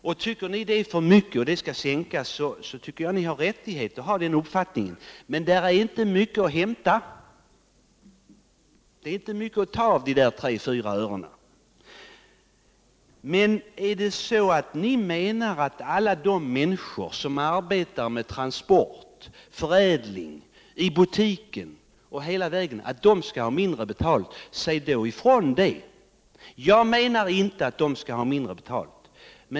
Tycker ni att matpriserna är för höga och att de skall sänkas, så har ni rätt att ha den uppfattningen, men när det gäller jordbrukarnas priser finns det inte mycket att hämta — de tre fyra örena är inte mycket att ta av. Men menar ni att alla de människor som arbetar med transport och förädling, i butiken osv. skall ha mindre betalt, då bör ni säga det. Jag tycker inte att de skall ha mindre betalt.